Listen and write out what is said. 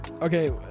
Okay